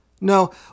No